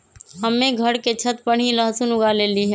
हम्मे घर के छत पर ही लहसुन उगा लेली हैं